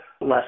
less